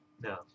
No